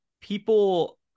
people